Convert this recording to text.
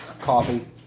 coffee